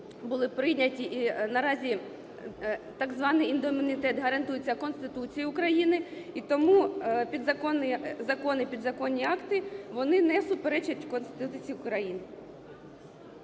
були прийняті і наразі так званий індемнітет гарантується Конституцією України. І тому законні і підзаконні акти вони не суперечать Конституції України.